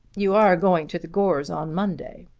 you are going to the gores on monday.